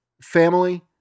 family